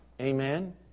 Amen